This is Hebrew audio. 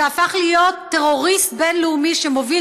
שהפך להיות טרוריסט בין-לאומי שמוביל